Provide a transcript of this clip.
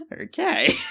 Okay